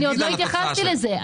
אני עוד לא התייחסתי לזה,